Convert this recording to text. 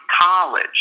college